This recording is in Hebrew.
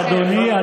לא, אדוני.